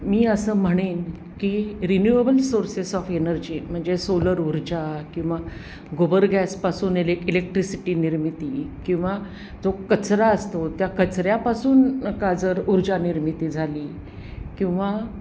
मी असं म्हणेन की रिन्युएबल सोर्सेस ऑफ एनर्जी म्हणजे सोलर ऊर्जा किंवा गोबर गॅसपासून एले इलेक्ट्रिसिटी निर्मिती किंवा जो कचरा असतो त्या कचऱ्यापासून का जर ऊर्जा निर्मिती झाली किंवा